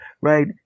right